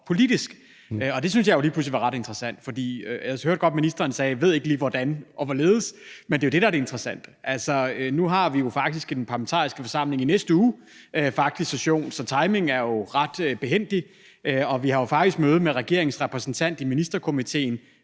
politisk, og det synes jeg jo lige pludselig var ret interessant. Og jeg hørte godt, at ministeren sagde, at han ikke lige ved hvordan og hvorledes, men det er jo det, der er det interessante. Altså, nu har vi i den parlamentariske forsamling i næste uge faktisk session, så timingen er ret behændig, og vi har jo faktisk møde med regeringens repræsentant i Ministerkomitéen,